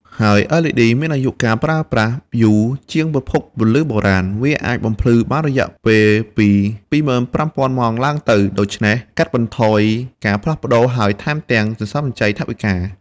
ក្រៅពីនេះLED បង្កើតកម្ដៅតិចជាងប្រភពពន្លឺបុរាណ ដូច្នេះវាមិនបង្កគ្រោះថ្នាក់ដល់ឧបករណ៍ជុំវិញ និងមានសុវត្ថិភាពខ្ពស់ក្នុងការប្រើប្រាស់។